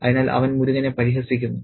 അതിനാൽ അവൻ മുരുകനെ പരിഹസിക്കുന്നു